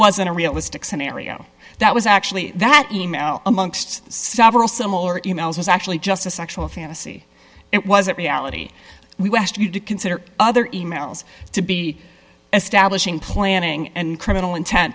in a realistic scenario that was actually that e mail amongst several similar emails was actually just a sexual fantasy it wasn't reality we asked you to consider other in merrill's to be establishing planning and criminal intent